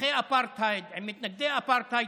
תומכי אפרטהייד עם מתנגדי אפרטהייד,